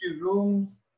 rooms